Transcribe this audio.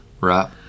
Right